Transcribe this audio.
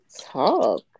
talk